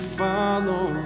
follow